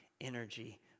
energy